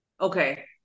Okay